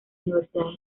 universidades